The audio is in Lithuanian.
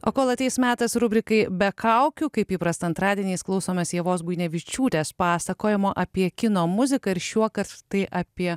o kol ateis metas rubrikai be kaukių kaip įprasta antradieniais klausomės ievos buinevičiūtės pasakojimo apie kino muziką ir šiuokart tai apie